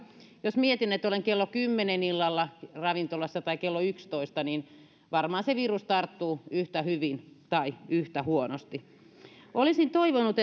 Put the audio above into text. jos mietin että olen kello kahdellakymmenelläkahdella illalla ravintolassa tai kello kaksikymmentäkolme niin varmaan se virus tarttuu yhtä hyvin tai yhtä huonosti olisin toivonut